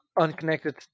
unconnected